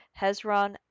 Hezron